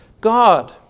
God